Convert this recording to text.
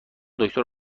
دکتر